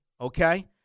okay